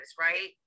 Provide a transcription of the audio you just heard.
right